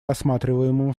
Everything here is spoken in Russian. рассматриваемым